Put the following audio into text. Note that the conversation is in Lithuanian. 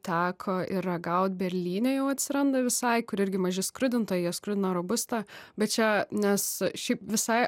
teko ir ragaut berlyne jau atsiranda visai kur irgi maži skrudintojai jie skrudina robusta bet čia nes šiaip visai